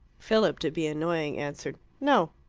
philip, to be annoying, answered no.